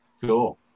Cool